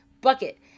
Bucket